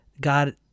God